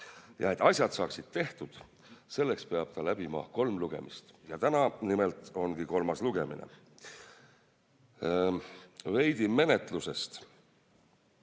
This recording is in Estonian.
Ja et asi saaks tehtud, selleks peab ta läbima kolm lugemist. Täna nimelt on kolmas lugemine. Veidi menetlusest.